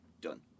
Done